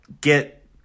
get